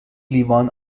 لیوان